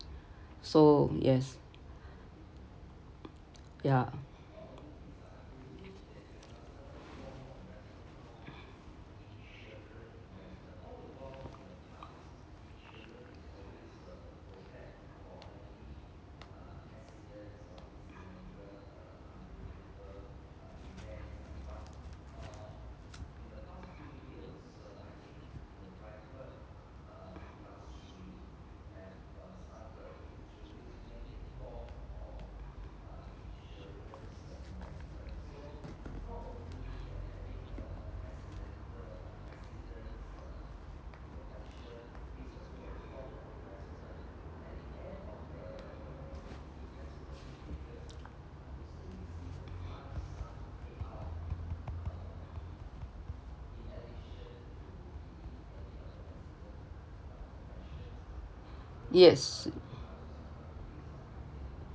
so yes yeah